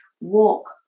walk